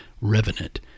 revenant